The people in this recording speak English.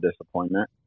disappointment